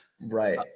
Right